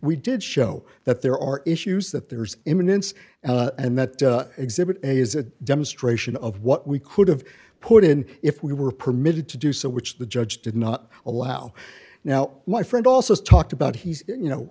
we did show that there are issues that there's imminence and that exhibit a is a demonstration of what we could have put in if we were permitted to do so which the judge did not allow now my friend also talked about he's you know